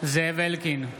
זאב אלקין,